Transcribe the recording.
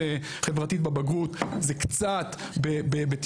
זה קצת במחויבות חברתית בבגרות,